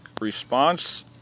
response